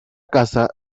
casa